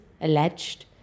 alleged